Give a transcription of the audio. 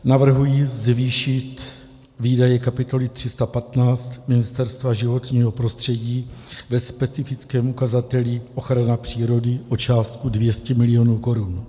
Navrhuji zvýšit výdaje kapitoly 315 Ministerstva životního prostředí ve specifickém ukazateli ochrana přírody o částku 200 milionů korun.